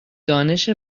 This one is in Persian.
دانش